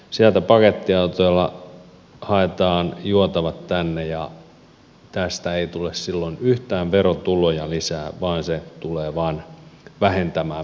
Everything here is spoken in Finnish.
sieltä pakettiautoilla haetaan juotavat tänne ja tästä ei tule silloin yhtään verotuloja lisää vaan se tulee vain vähentämään verotuloja